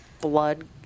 blood